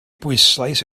bwyslais